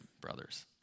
brothers